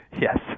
Yes